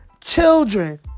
children